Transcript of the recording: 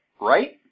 right